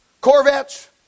Corvettes